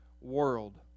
world